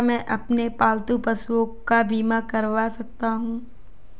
क्या मैं अपने पालतू पशुओं का बीमा करवा सकता हूं?